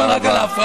תודה רבה.